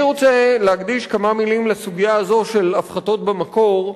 אני רוצה להקדיש כמה מלים לסוגיה הזו של הפחתות במקור,